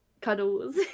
cuddles